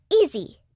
Easy